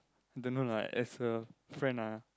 don't know lah as a friend ah